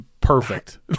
perfect